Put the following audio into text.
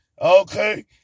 Okay